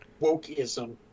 Wokeism